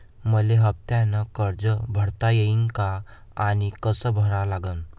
मले हफ्त्यानं कर्ज भरता येईन का आनी कस भरा लागन?